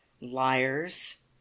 Liars